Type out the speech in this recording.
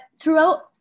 throughout